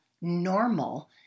normal